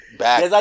back